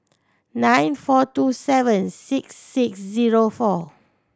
nine four two seven six six zero four